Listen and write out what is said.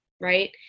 right